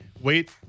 wait